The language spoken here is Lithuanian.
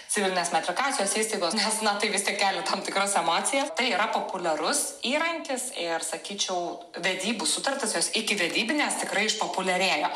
civilinės metrikacijos įstaigos nes na tai vis tiek kelia tam tikras emocijas tai yra populiarus įrankis ir sakyčiau vedybų sutartys jos ikivedybinės tikrai išpopuliarėjo